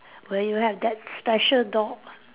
where you have that special door